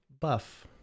buff